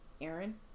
Aaron